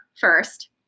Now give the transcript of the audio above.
first